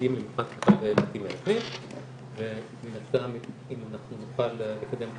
מיועדים למספר בתים מאזנים ומן הסתם אם אנחנו נוכל לקדם את